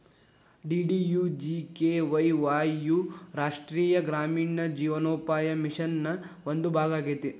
DDUGKY Y U ರಾಷ್ಟ್ರೇಯ ಗ್ರಾಮೇಣ ಜೇವನೋಪಾಯ ಮಿಷನ್ ನ ಒಂದು ಭಾಗ ಆಗೇತಿ